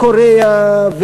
מקוריאה,